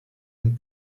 and